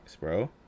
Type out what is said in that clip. bro